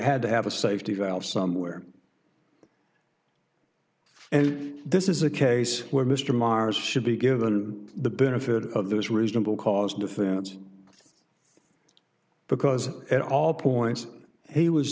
had to have a safety valve somewhere and this is a case where mr marrs should be given the benefit of those reasonable cause defense because at all points he was